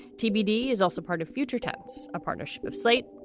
tbd is also part of future tense, a partnership of slate,